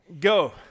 go